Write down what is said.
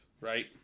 right